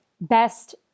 best